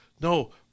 No